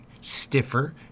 stiffer